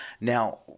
Now